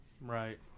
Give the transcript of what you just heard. Right